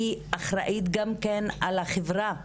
היא אחראית גם כן על החברה בכללותה,